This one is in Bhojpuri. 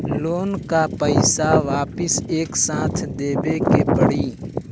लोन का पईसा वापिस एक साथ देबेके पड़ी?